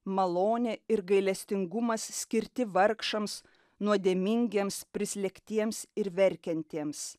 malonė ir gailestingumas skirti vargšams nuodėmingiems prislėgtiems ir verkiantiems